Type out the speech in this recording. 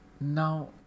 Now